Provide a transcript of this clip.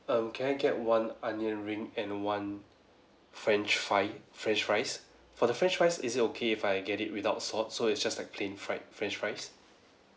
um can I get one onion ring and one french fry french fries for the french fries is it okay if I get it without salt so it's just like plain fried french fries